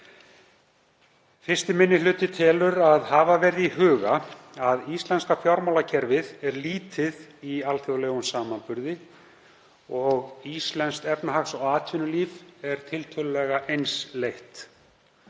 Fyrsti minni hluti telur að hafa verði í huga að íslenska fjármálakerfið er lítið í alþjóðlegum samanburði og íslenskt efnahags- og atvinnulíf er tiltölulega einsleitt.